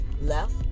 left